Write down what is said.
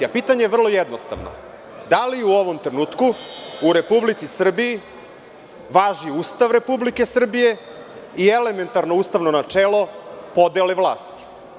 Pitanje je vrlo jednostavno – da li u ovom trenutku u Republici Srbiji važi Ustav Republike Srbije, i elementarno ustavno načelo podele vlasti?